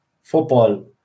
football